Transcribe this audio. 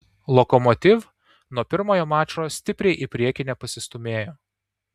lokomotiv nuo pirmojo mačo stipriai į priekį nepasistūmėjo